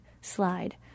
slide